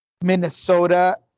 Minnesota